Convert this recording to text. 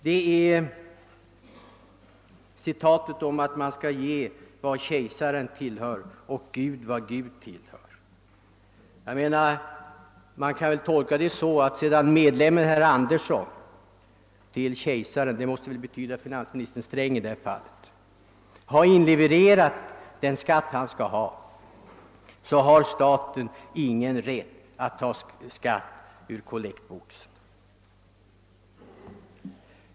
Det lyder: »Så given då kejsaren vad kejsaren tillhör, och Gud vad Gud tillhör.» Man kan kanske tolka det så, att sedan samfundsmedlemmen herr Andersson till kejsaren — det måste väl betyda finansminister Sträng i detta fall — har inlevererat den skatt han skall betala, har staten ingen rätt att ta skatt ur kollektboxen.